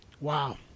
Wow